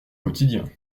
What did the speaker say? quotidien